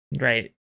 right